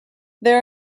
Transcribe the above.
there